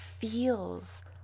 feels